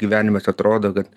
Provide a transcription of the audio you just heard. gyvenimas atrodo kad